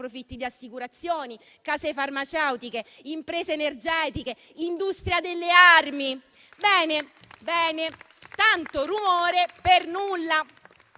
di assicurazioni, case farmaceutiche, imprese energetiche e industria delle armi). Ebbene, tanto rumore per nulla,